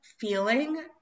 feeling